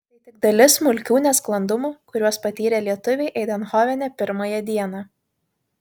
tai tik dalis smulkių nesklandumų kuriuos patyrė lietuviai eindhovene pirmąją dieną